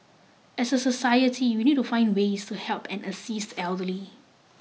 as a society we need to find ways to help and assist the elderly